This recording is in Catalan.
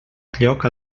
lloc